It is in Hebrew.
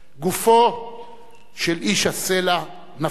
גופו של איש הסלע נפל.